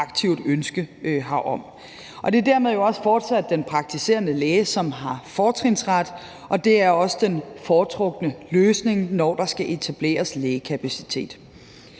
Det er dermed jo også fortsat den praktiserende læge, som har fortrinsret, og det er også den foretrukne løsning, når der skal etableres lægekapacitet.